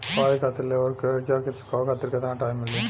पढ़ाई खातिर लेवल कर्जा के चुकावे खातिर केतना टाइम मिली?